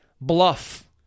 bluff